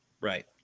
Right